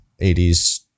80s